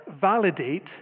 validate